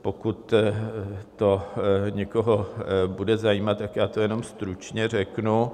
Pokud to někoho bude zajímat, tak já to jenom stručně řeknu.